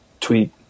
tweet